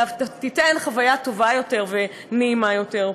תיתן חוויה טובה יותר ונעימה יותר,